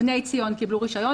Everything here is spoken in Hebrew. בני ציון קיבלו רישיון,